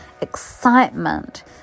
excitement